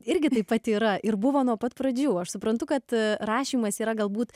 irgi taip pat yra ir buvo nuo pat pradžių aš suprantu kad rašymas yra galbūt